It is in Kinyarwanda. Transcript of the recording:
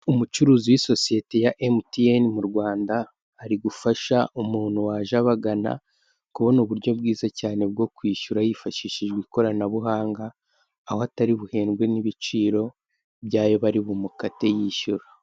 Umucuruzi w'isosiyete ya Emutiyeni mu Rwanda, ari gufasha umuntu waje abagana kubona uburyo bwiza cyane bwo kwishyura yifashishije ikoranabuhanga, aho atari buhendwe n'ibiciro by'ayo bari bumukate yishyura.